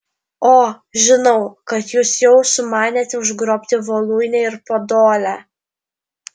o žinau kad jūs jau sumanėte užgrobti voluinę ir podolę